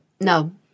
No